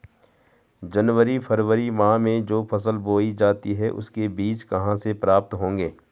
जनवरी फरवरी माह में जो फसल बोई जाती है उसके बीज कहाँ से प्राप्त होंगे?